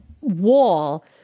wall